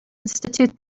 institute